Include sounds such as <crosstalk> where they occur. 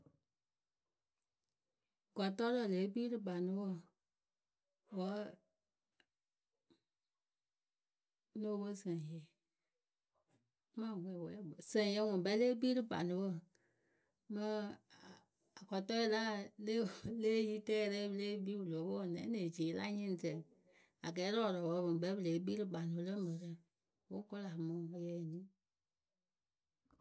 Gɔrɔɔrǝ lée kpii rɨ kpanɨwǝ wǝ́ ŋ́ no pwo sǝŋyǝ <hesitation> sǝŋyǝ ŋwɨ ŋkpɛ lée kpii rǝ kpanɨwǝ mɨ a- akɔtɔɛ le <laughs> le eyitǝyǝ rɛ yɨ lée kpii pɨ lóo pwo wǝ nɛ ŋ́ nee ci yɨla nyɩŋrǝ. Akɛɛrɔɔrɔɔpǝ pɨ ŋ kpɛŋ pɨ lée kpii rɨ kpanɨwǝ lǝ mǝrǝ fɨ kʊla mɨ ǝyǝ eni.